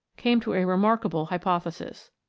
came to a remarkable hypothesis.